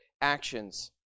actions